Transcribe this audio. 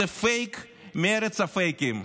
זה פייק מארץ הפייקים,